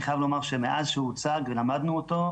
אני חייב לומר שמאז הוא הוצג ולמדנו אותו,